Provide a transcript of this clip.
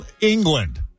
England